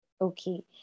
Okay